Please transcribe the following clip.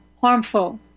harmful